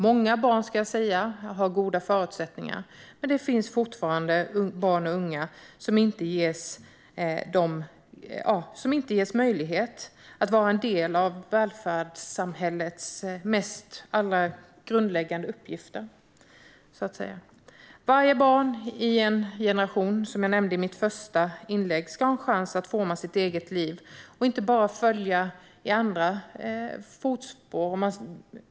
Många barn har goda förutsättningar, ska jag säga, men det finns fortfarande barn och unga som inte ges möjlighet att vara en del av välfärdssamhällets allra mest grundläggande uppgifter. Varje barn i en generation ska, som jag nämnde i mitt första inlägg, ha en chans att forma sitt eget liv och inte bara följa i andras fotspår.